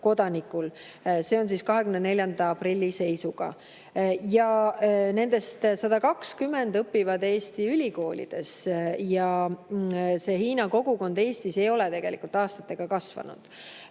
See on 24. aprilli seisuga. Nendest 120 õpib Eesti ülikoolides. Hiina kogukond Eestis ei ole tegelikult aastatega kasvanud.